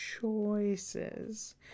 choices